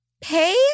Pay